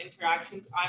interactions